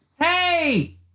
Hey